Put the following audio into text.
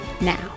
now